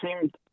seemed